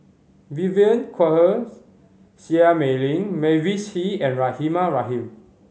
Vivien Quahe Seah Mei Lin Mavis Hee and Rahimah Rahim